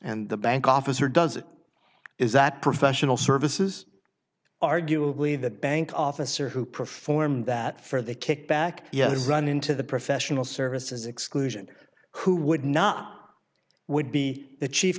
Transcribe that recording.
and the bank officer does is that professional services arguably that bank officer who performed that for the kickback yes run into the professional services exclusion who would not would be the chief